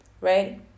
right